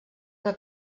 que